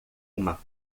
uma